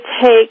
take